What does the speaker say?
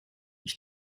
ich